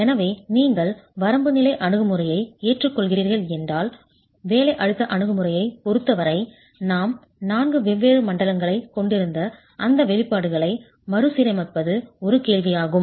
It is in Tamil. எனவே நீங்கள் வரம்பு நிலை அணுகுமுறையை ஏற்றுக்கொள்கிறீர்கள் என்றால் வேலை அழுத்த அணுகுமுறையைப் பொருத்தவரை நாம் நான்கு வெவ்வேறு மண்டலங்களைக் கொண்டிருந்த அந்த வெளிப்பாடுகளை மறுசீரமைப்பது ஒரு கேள்வி ஆகும்